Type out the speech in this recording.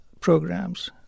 programs